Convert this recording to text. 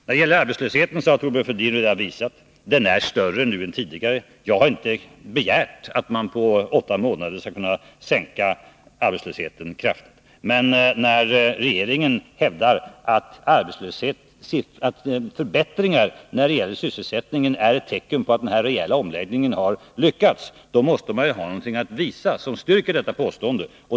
När det gäller arbetslösheten har Thorbjörn Fälldin redan visat att den är större nu än tidigare. Jag har inte begärt att man på åtta månader skall kunna sänka arbetslösheten kraftigt. Men när regeringen hävdar att förbättringar i sysselsättningen är tecken på att denna rejäla omläggning har lyckats, måste man ha något att visa som styrker detta påstående.